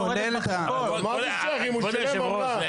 כבוד יושב הראש,